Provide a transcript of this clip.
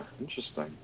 interesting